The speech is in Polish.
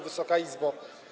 Wysoka Izbo!